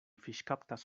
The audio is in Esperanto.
fiŝkaptas